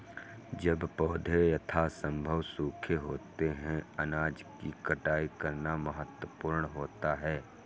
जब पौधे यथासंभव सूखे होते हैं अनाज की कटाई करना महत्वपूर्ण होता है